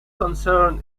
concern